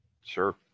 Sure